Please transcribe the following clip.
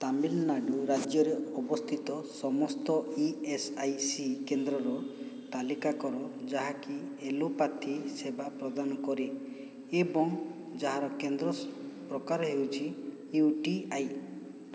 ତାମିଲନାଡ଼ୁ ରାଜ୍ୟରେ ଅବସ୍ଥିତ ସମସ୍ତ ଇ ଏସ୍ ଆଇ ସି କେନ୍ଦ୍ରର ତାଲିକା କର ଯାହାକି ଏଲୋପାଥି ସେବା ପ୍ରଦାନ କରେ ଏବଂ ଯାହାର କେନ୍ଦ୍ର ପ୍ରକାର ହେଉଛି ୟୁ ଟି ଆଇ